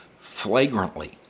flagrantly